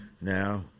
now